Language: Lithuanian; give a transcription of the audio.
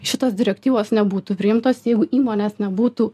šitos direktyvos nebūtų priimtos jeigu įmonės nebūtų